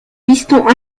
pistons